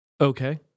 okay